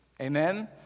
Amen